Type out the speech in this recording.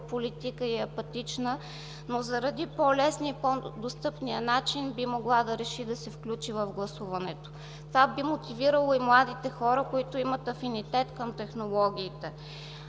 политика и е апатична, но заради по-лесния и по-достъпния начин би могла да реши да се включи в гласуването. Това би мотивирало и младите хора, които имат афинитет към технологиите.